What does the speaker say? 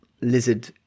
lizard